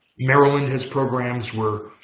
maryland has programs where